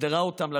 דרדרה אותם לרחוב.